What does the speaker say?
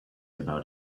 about